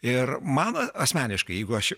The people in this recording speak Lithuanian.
ir man asmeniškai jeigu aš